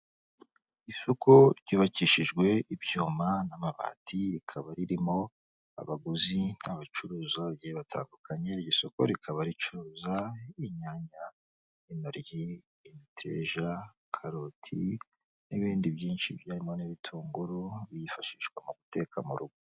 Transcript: Isoko ryubakishijwe ibyuma n'amabati, rikaba ririmo abaguzi n'abacuruza bagiye batandukanye, iryo soko rikaba ricuruza inyanya, intoryi, imiteja, karoti n'ibindi byinshi birimo n'ibitunguru, byifashishwa mu guteka mu rugo.